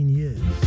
years